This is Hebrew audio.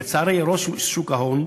לצערי, ראש שוק ההון,